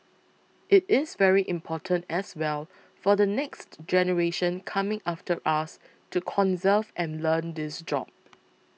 it is very important as well for the next generation coming after us to conserve and learn this job